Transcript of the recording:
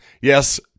Yes